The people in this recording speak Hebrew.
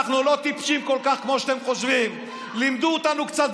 כשתפרו את התיקים